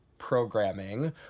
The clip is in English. programming